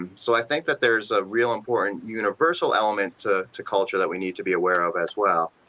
and so, i think that there is a real important universal element to to culture that we need to be aware of as well